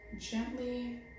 gently